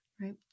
right